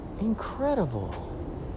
Incredible